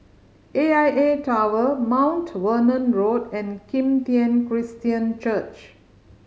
A I A Tower Mount Vernon Road and Kim Tian Christian Church